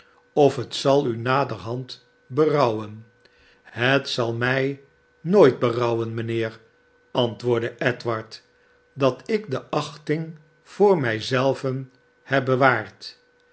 of het zal u naderhand berouwen het zal mij nooit berouwen mijnheer antwoordde edward dat ik de achting voor mij zelven heb bewaard